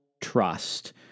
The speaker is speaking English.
trust